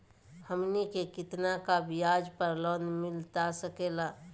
हमनी के कितना का ब्याज पर लोन मिलता सकेला?